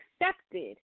accepted